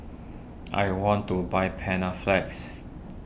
I want to buy Panaflex